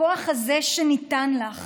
הכוח הזה שניתן לך,